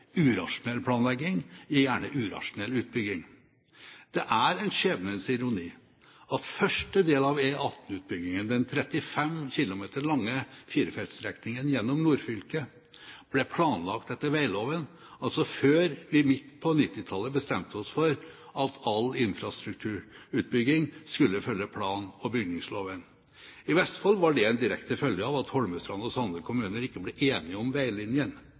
Urasjonell planlegging gir gjerne urasjonell utbygging. Det er en skjebnens ironi at første del av E18-utbyggingen, den 35 km lange firefeltsstrekningen gjennom nordfylket, ble planlagt etter veiloven, altså før vi midt på 1990-tallet bestemte oss for at all infrastrukturutbygging skulle følge plan- og bygningsloven. I Vestfold var det en direkte følge av at Holmestrand og Sande kommuner ikke ble enige om veilinjen.